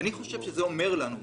חושב שזה אומר לנו משהו,